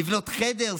לבנות חדר,